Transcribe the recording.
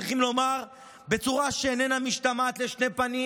צריכים לומר בצורה שאיננה משתמעת לשתי פנים,